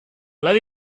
let